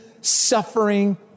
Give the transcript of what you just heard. suffering